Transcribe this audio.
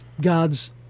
God's